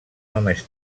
només